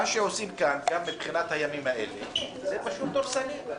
מה שעושים כאן בתחילת הימים האלה זה פשוט דורסני.